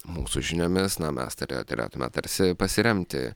mūsų žiniomis na mes toliau turėtume tarsi pasiremti